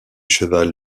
cheval